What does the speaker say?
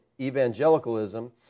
evangelicalism